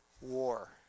war